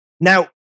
Now